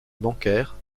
bancaire